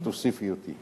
תוסיפי אותי.